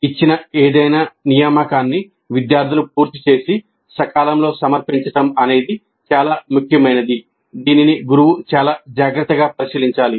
ఇచ్చిన ఏదైనా నియామకాన్ని విద్యార్థులు పూర్తి చేసి సకాలం లో సమర్పించటం అనేది చాలా ముఖ్యమైనది దీనిని గురువు చాలా జాగ్రత్తగా పరిశీలించాలి